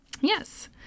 Yes